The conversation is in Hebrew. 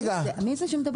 מיכאל, מי זה?